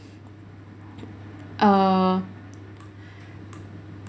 err